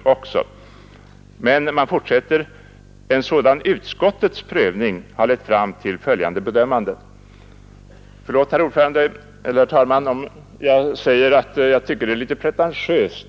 Men utskottet skriver i det följande: ”En sådan utskottets prövning har lett fram till följande bedömanden.” Förlåt, herr talman, om jag säger att jag tycker det är litet pretentiöst